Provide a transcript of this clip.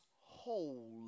whole